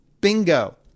bingo